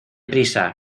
prisa